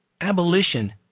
abolition